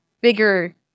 bigger